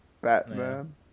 Batman